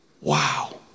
Wow